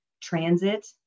transit